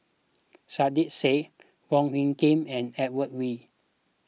Saiedah Said Wong Hung Khim and Edmund Wee